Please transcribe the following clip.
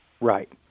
Right